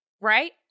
right